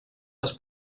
les